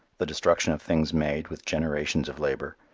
the destruction of things made with generations of labor,